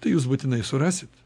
tai jūs būtinai surasit